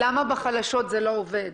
למה בחלשות זה לא עובד?